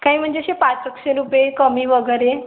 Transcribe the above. काही म्हणजे असे पाच एकशे रुपये कमी वगैरे